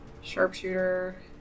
Sharpshooter